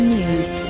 News